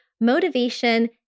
motivation